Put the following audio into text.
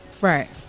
Right